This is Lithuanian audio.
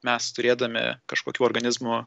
mes turėdami kažkokių organizmų